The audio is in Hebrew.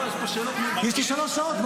יש לי שלוש שעות.